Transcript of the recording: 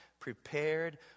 prepared